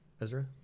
Ezra